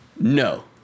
No